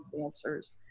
answers